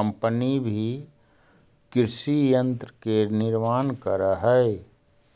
company भी कृषि यन्त्र के निर्माण करऽ हई